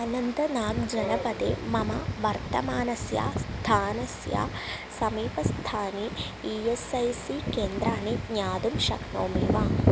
अनन्तनाग् जनपदे मम वर्तमानस्य स्थानस्य समीपस्थानि ई एस् ऐ सी केन्द्राणि ज्ञातुं शक्नोमि वा